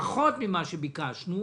פחות ממה שביקשנו,